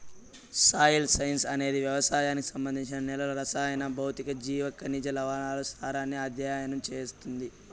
soil science అనేది వ్యవసాయానికి సంబంధించి నేలల రసాయన, భౌతిక, జీవ, ఖనిజ, లవణాల సారాన్ని అధ్యయనం చేస్తుంది